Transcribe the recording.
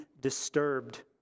disturbed